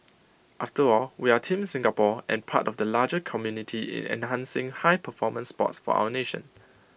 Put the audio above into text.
after all we are Team Singapore and part of the larger community in enhancing high performance sports for our nation